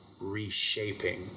reshaping